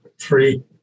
three